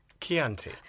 Chianti